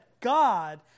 God